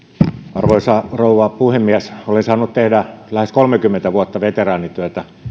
arvoisa rouva puhemies olen saanut tehdä lähes kolmekymmentä vuotta veteraanityötä